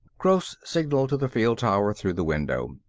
gross signaled to the field tower through the window.